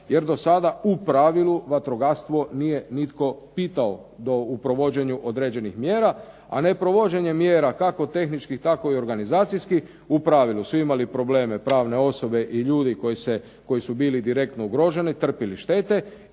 jer do sada u pravilu vatrogastvo nije nitko pitao u provođenju određenih mjera. A neprovođenje mjera kako tehničkih, tako i organizacijskih u pravilu su imali probleme pravne osobe i ljudi koji su bili direktno ugroženi trpili štete